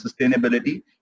sustainability